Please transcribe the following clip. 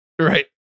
right